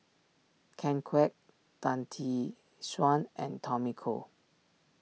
Ken Kwek Tan Tee Suan and Tommy Koh